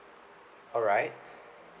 alright